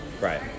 Right